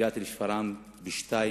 הגעתי לשפרעם ב-02:00,